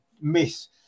miss